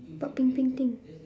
what pink pink thing